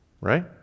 right